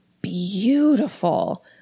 beautiful